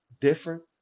different